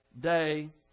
day